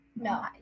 No